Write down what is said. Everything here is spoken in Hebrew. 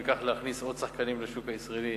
וכך להכניס עוד שחקנים לשוק הישראלי,